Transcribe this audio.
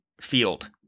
field